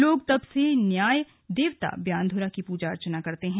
लोग तब से न्याय देवता ब्यानधुरा की पूजा अर्चना करते हैं